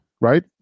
right